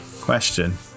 Question